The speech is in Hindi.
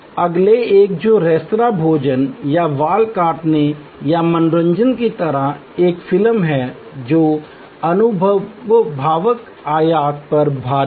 अगले एक जो रेस्तरां भोजन या बाल कटवाने या मनोरंजन की तरह की एक फिल्म है जो अनुभवात्मक आयाम पर भारी है